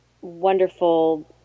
wonderful